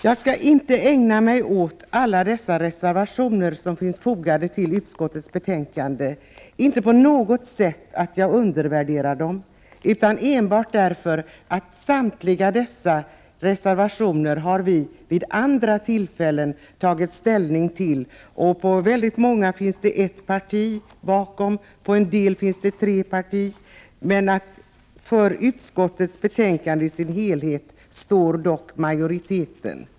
Jag skall inte ägna mig åt alla de reservationer som är fogade till utskottets betänkande, inte på något sätt därför att jag undervärderar dem, utan enbart därför att vi vid andra tillfällen har tagit ställning till likalydande reservationer. Bakom många av dem står ett parti, och bakom en del står tre partier, men för utskottets betänkande i sin helhet står dock majoriteten.